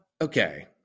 Okay